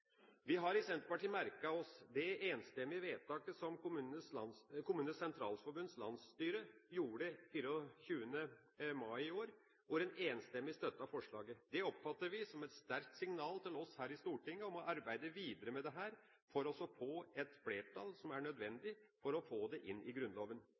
Vi har i Senterpartiet merket oss det enstemmige vedtaket som KS’ landsstyre gjorde 24. mai i år, hvor man enstemmig støttet forslaget. Det oppfatter vi som et sterkt signal til oss på Stortinget om å arbeide videre med dette for å få et flertall, som er nødvendig, for å få det inn i Grunnloven.